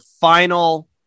final